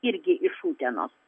irgi iš utenos